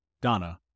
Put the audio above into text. Donna